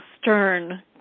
stern